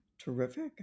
terrific